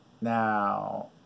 Now